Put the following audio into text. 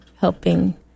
helping